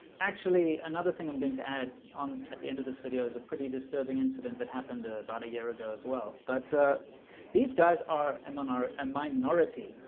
actually, another thing i'm going to add on at the end of this video is a pretty disturbing incident that happened about a year ago as well, but these guys are m and r and minority